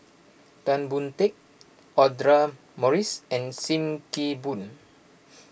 Tan Boon Teik Audra Morrice and Sim Kee Boon